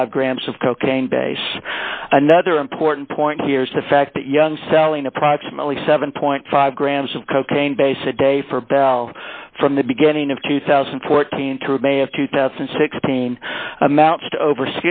five grams of cocaine base another important point here is the fact that young selling approximately seven five grams of cocaine base a day for bell from the beginning of two thousand and fourteen through may of two thousand and sixteen amounts to over